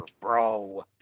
bro